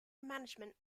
management